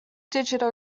digital